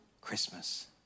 Christmas